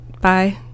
Bye